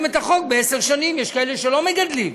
את החוק בעשר שנים: יש כאלה שלא מגדלים,